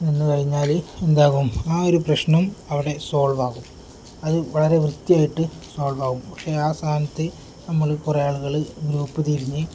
നിന്നു കഴിഞ്ഞാൽ എന്താകും ആ ഒരു പ്രശ്നം അവിടെ സോൾവ് ആകും അത് വളരെ വൃത്തിയായിട്ട് സോൾവ് അകും പക്ഷെ ആ സ്ഥാനത്ത് നമ്മൾ കുറേ ആളുകൾ ഗ്രൂപ്പ് തിരിഞ്ഞു